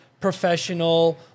professional